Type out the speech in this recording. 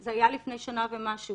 זה היה לפני שנה ומשהו